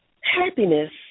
Happiness